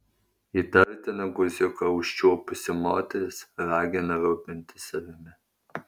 įtartiną guziuką užčiuopusi moteris ragina rūpintis savimi